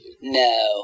No